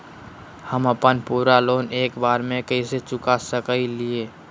हम अपन पूरा लोन एके बार में कैसे चुका सकई हियई?